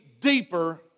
deeper